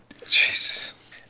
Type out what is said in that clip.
Jesus